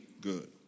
good